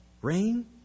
Rain